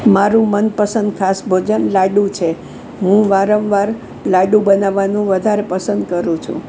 મારું મનપસંદ ખાસ ભોજન લાડુ છે હું વારંવાર લાડુ બનાવવાનું વધારે પસંદ કરું છું